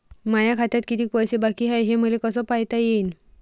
माया खात्यात कितीक पैसे बाकी हाय हे मले कस पायता येईन?